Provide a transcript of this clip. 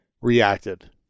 reacted